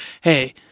hey